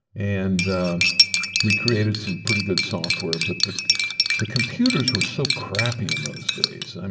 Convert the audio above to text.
and we created some pretty good software, but the the computers were so crappy in those days, and